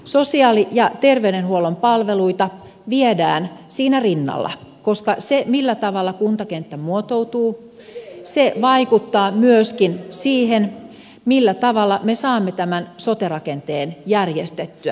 sosiaali ja terveydenhuollon palveluita viedään siinä rinnalla koska se millä tavalla kuntakenttä muotoutuu vaikuttaa myöskin siihen millä tavalla me saamme tämän sote rakenteen järjestettyä